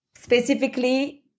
specifically